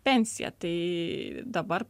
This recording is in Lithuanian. pensiją tai dabar